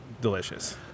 delicious